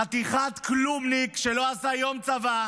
חתיכת כלומניק שלא עשה יום צבא,